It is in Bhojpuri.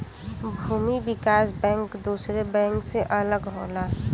भूमि विकास बैंक दुसरे बैंक से अलग होला